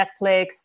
Netflix